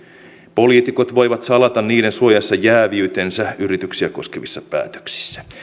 poliitikot voivat salata niiden suojassa jääviytensä yrityksiä koskevissa päätöksissä